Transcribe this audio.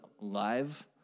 live